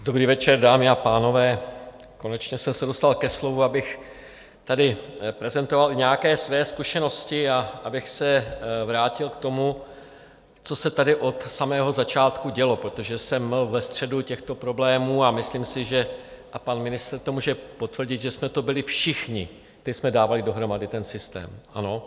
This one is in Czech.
Dobrý večer, dámy a pánové, konečně jsem se dostal ke slovu, abych tady prezentoval i nějaké své zkušenosti a abych se vrátil k tomu, co se tady od samého začátku dělo, protože jsem ve středu těchto problémů a myslím si, že a pan ministr to může potvrdit jsme to byli všichni, kteří jsme dávali dohromady ten systém, ano?